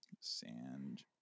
Sand